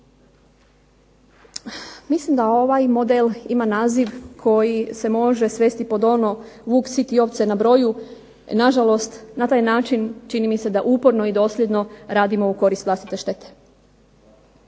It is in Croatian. Mislim da ovaj model ima naziv koji se može svesti pod ono vuk siti, ovce na broju, na žalost na taj način čini mi se da uporno i dosljedno radimo u korist vlastite štete.